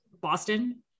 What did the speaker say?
Boston